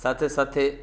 સાથે સાથે